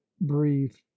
brief